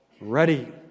ready